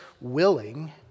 willing